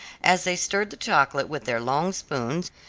as they stirred the chocolate with their long spoons,